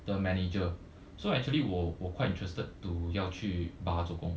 the manager so actually 我我 quite interested to 要去 bar 做工